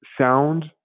sound